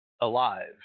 alive